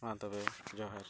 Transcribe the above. ᱢᱟ ᱛᱚᱵᱮ ᱡᱚᱦᱟᱨ